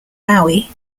maui